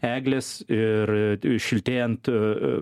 eglės ir šiltėjant